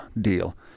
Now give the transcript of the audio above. deal